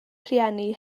rhieni